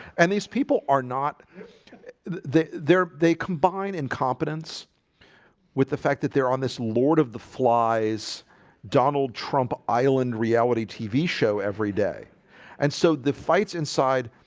and these people are not there they combine incompetence with the fact that they're on this lord of the flies donald trump island reality tv show every day and so the fights inside